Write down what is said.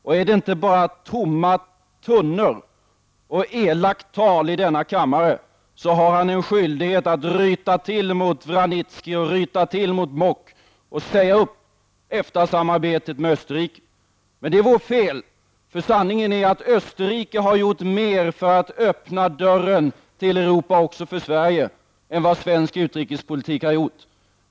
Är hans ord inte bara tomma tunnor och elakt tal i denna kammare, har statsministern en skyldighet att ryta till mot Vranitzky och mot Mock och säga upp EFTA-samarbetet med Österrike. Men det vore fel, för sanningen är den att Österrike har gjort mer för att öppna dörren för Europa och även för Sverige än vad svensk utrikespolitik har gjort.